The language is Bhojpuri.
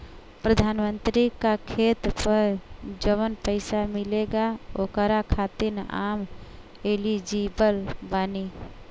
प्रधानमंत्री का खेत पर जवन पैसा मिलेगा ओकरा खातिन आम एलिजिबल बानी?